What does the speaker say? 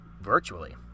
virtually